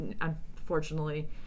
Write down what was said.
unfortunately